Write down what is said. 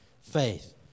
faith